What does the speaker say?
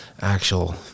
actual